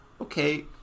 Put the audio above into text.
okay